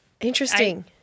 Interesting